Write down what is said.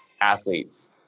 athletes